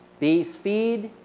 b, speed,